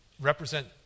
represent